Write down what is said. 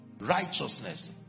righteousness